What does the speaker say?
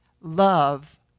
love